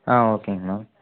ஆ ஓகேங்க மேம்